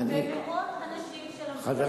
וכל האנשים שלמדו פשוט לא יצליחו לעבור את הבחינה.